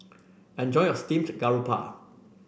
enjoy your Steamed Garoupa